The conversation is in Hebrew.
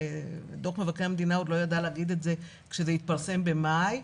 ודוח מבקר המדינה עוד לא ידע להגיד את זה כשזה התפרסם במאי,